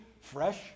fresh